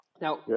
Now